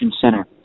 Center